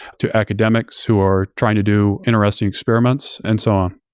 to academics who are trying to do interesting experiments and so on.